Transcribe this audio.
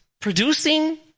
producing